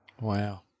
Wow